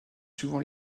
suivant